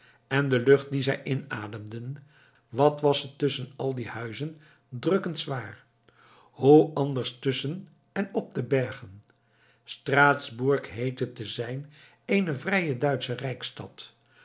en de lucht die zij inademden wat was ze tusschen al die huizen drukkend zwaar hoe anders tusschen en op de bergen straatsburg heette te zijn eene vrije duitsche